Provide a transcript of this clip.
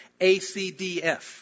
ACDF